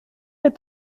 est